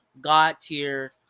god-tier